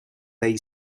they